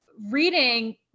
reading